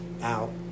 out